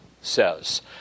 says